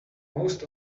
most